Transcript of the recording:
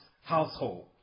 household